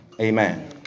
Amen